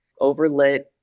overlit